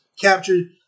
captured